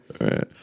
right